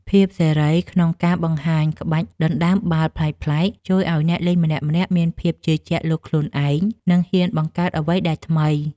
ភាពសេរីក្នុងការបង្ហាញក្បាច់ដណ្តើមបាល់ប្លែកៗជួយឱ្យអ្នកលេងម្នាក់ៗមានភាពជឿជាក់លើខ្លួនឯង និងហ៊ានបង្កើតអ្វីដែលថ្មី។